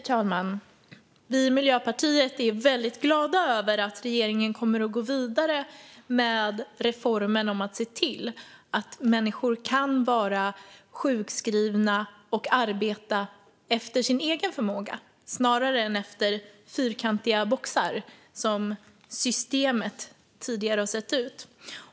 Herr talman! Vi i Miljöpartiet är väldigt glada över att regeringen kommer att gå vidare med reformen för att se till att människor kan vara sjukskrivna och arbeta efter sin egen förmåga snarare än efter fyrkantiga boxar - det är ju så systemet tidigare har sett ut.